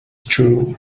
true